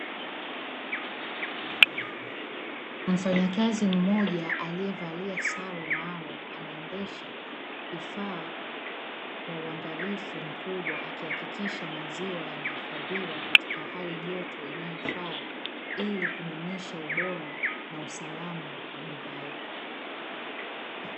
Mfanyakazi mmoja aliyevalia sare maalumu, anaendesha vifaa kwa uangalifu mkubwa, akihakikisha maziwa yanahifadhiwa katika hali joto inayofaa, ili kudumisha ubora na usalama wa bidhaa hiyo.